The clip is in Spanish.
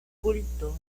culto